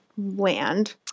land